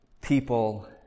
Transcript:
people